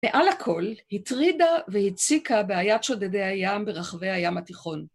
מעל הכל הטרידה והציקה בעיית שודדי הים ברחבי הים התיכון.